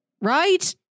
Right